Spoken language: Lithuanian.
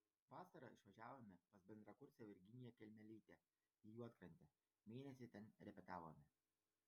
vasarą išvažiavome pas bendrakursę virginiją kelmelytę į juodkrantę mėnesį ten repetavome